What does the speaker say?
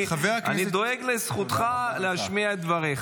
אני דואג לזכותך להשמיע את דבריך.